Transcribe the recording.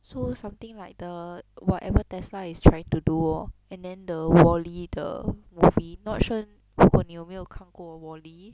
so something like the whatever Tesla is trying to do lor and then the wall E the movie not sure 如果你有没有看过 wall E